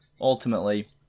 ultimately